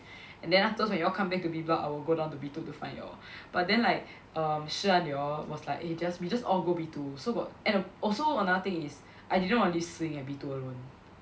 and then afterwards when y'all come back to B block I will go down to B two to find y'all but then like um Shi Han they all was like eh just we just all go B two so got and also another thing is I didn't want to leave Si Ying at B two alone